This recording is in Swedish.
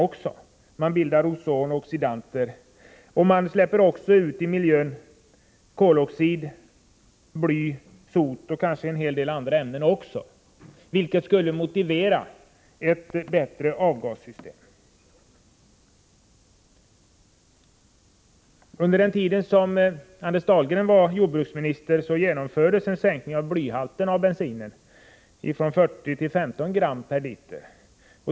De bildar ozon och andra oxidanter samt tillför miljön koloxid, bly, sot och kanske en hel del andra ämnen, vilket motiverar ett bättre avgassystem. Under den tid som Anders Dahlgren var jordbruksminister genomfördes en sänkning av blyhalten i bensin från 0,40 till 0,15 gram per liter.